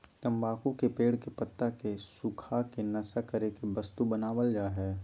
तम्बाकू के पेड़ के पत्ता के सुखा के नशा करे के वस्तु बनाल जा हइ